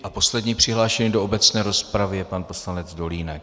A poslední přihlášený do obecné rozpravy je pan poslanec Dolínek.